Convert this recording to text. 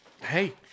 Hey